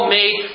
made